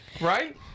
right